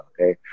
okay